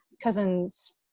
cousin's